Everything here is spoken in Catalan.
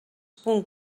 punt